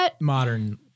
modern